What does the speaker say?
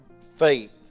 faith